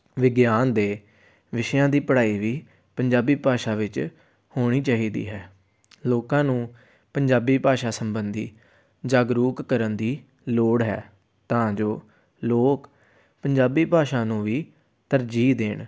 ਵਿਗਿਆਨ ਦੇ ਵਿਸ਼ਿਆਂ ਦੀ ਪੜ੍ਹਾਈ ਵੀ ਪੰਜਾਬੀ ਭਾਸ਼ਾ ਵਿੱਚ ਹੋਣੀ ਚਾਹੀਦੀ ਹੈ ਲੋਕਾਂ ਨੂੰ ਪੰਜਾਬੀ ਭਾਸ਼ਾ ਸੰਬੰਧੀ ਜਾਗਰੂਕ ਕਰਨ ਦੀ ਲੋੜ ਹੈ ਤਾਂ ਜੋ ਲੋਕ ਪੰਜਾਬੀ ਭਾਸ਼ਾ ਨੂੰ ਵੀ ਤਰਜੀਹ ਦੇਣ